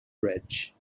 bridge